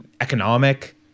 economic